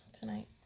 tonight